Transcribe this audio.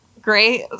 great